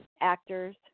Actors